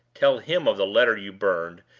tell him of the letter you burned,